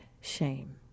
shame